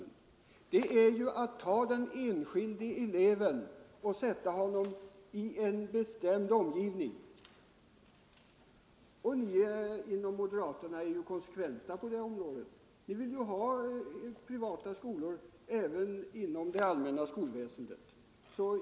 Man motverkar pluralismen om man tar den enskilde eleven och sätter honom i en bestämd omgivning. Ni moderater är ju konsekventa i det avseendet. Ni vill ha privata skolor även inom det obligatoriska skolväsendet.